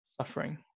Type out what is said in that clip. suffering